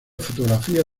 fotografía